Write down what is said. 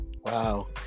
Wow